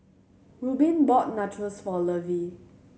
Reubin bought Nachos for Lovey